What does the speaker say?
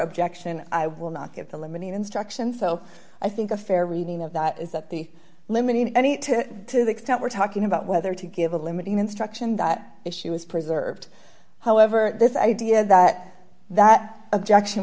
objection i will not give the limiting instruction so i think a fair reading of that is that the limit in any to the extent we're talking about whether to give a limiting instruction that issue is preserved however this idea that that objection